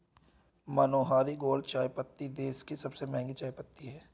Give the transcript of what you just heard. मनोहारी gold चायपत्ती देश की सबसे महंगी चायपत्ती है